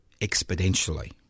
exponentially